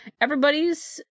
everybody's